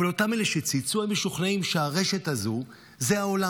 אותם אלה שצייצו הם משוכנעים שהרשת הזו זה העולם.